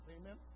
Amen